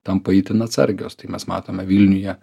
tampa itin atsargios tai mes matome vilniuje